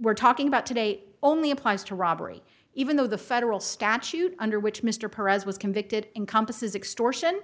we're talking about today only applies to robbery even though the federal statute under which mr perez was convicted encompasses extortion